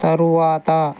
తరువాత